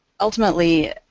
Ultimately